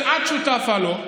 שאת שותפה לו,